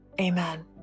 Amen